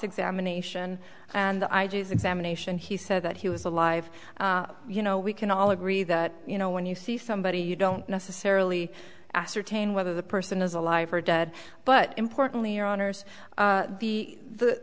examination he said that he was alive you know we can all agree that you know when you see somebody you don't necessarily ascertain whether the person is alive or dead but importantly your honour's the th